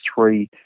three